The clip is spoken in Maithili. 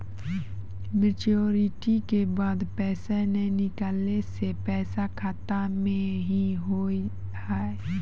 मैच्योरिटी के बाद पैसा नए निकले से पैसा खाता मे की होव हाय?